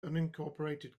unincorporated